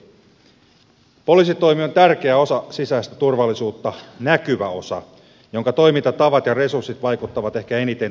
poliisitoimi on tärkeä osa sisäistä turvallisuutta näkyvä osa jonka toimintatavat ja resurssit vaikuttavat ehkä eniten turvallisuuskokemukseen